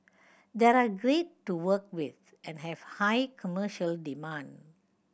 they are great to work with and have high commercial demand